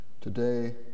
Today